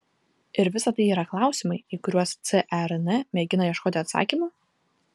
ir visa tai yra klausimai į kuriuos cern mėgina ieškoti atsakymų